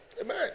Amen